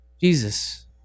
Jesus